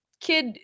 kid